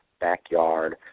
backyard